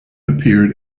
appeared